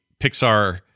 Pixar